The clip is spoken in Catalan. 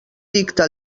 dicta